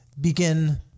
begin